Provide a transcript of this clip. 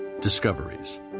Discoveries